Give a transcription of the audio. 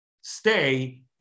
stay